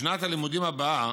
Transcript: בשנת הלימודים הבאה,